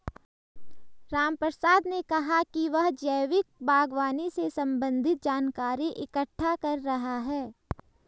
रामप्रसाद ने कहा कि वह जैविक बागवानी से संबंधित जानकारी इकट्ठा कर रहा है